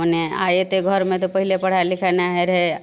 ओहने आ एतै घरमे तऽ पहिले पढ़ाइ लिखाइ नहि होइ रहै